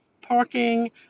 parking